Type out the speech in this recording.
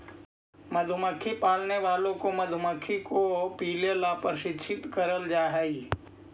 मधुमक्खी पालने वालों को मधुमक्खी को पीले ला प्रशिक्षित करल जा हई